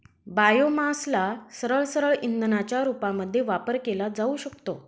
बायोमासला सरळसरळ इंधनाच्या रूपामध्ये वापर केला जाऊ शकतो